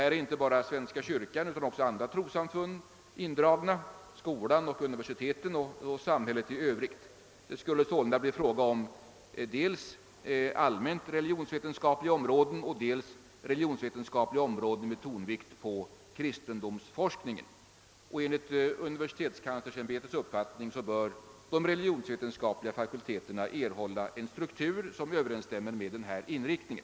Här är inte bara svenska kyrkan, utan också andra trossamfund berörda; skolan och universiteten och samhäl-, let i övrigt. Det skulle sålunda bli frå-, ga om dels allmänt religionsvetenskap-, liga områden och dels religionsvetenskapliga områden med tonvikt på kris-, tendomsforskningen. Enligt universi-. tetskanslersämbetets uppfattning bör de; religionsvetenskapliga fakulteterna er-, hålla en struktur som överensstämmer. med denna inriktning.